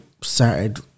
started